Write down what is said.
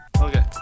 Okay